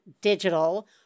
Digital